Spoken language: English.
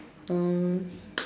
um